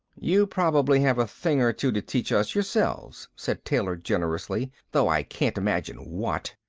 you probably have a thing or two to teach us yourselves, said taylor generously, though i can't imagine what.